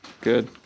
Good